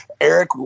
eric